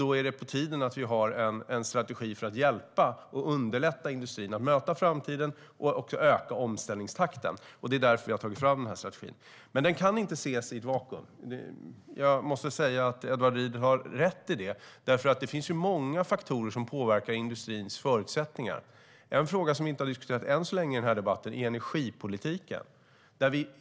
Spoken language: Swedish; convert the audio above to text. Då är det på tiden att vi har en strategi för att hjälpa och underlätta för industrin att möta framtiden och öka omställningstakten. Det är därför vi har tagit fram denna strategi. Den kan dock inte ses i ett vakuum. Det har Edward Riedl rätt i. Det finns ju många faktorer som påverkar industrins förutsättningar. En fråga som vi ännu så länge inte har diskuterat i denna debatt är energipolitiken.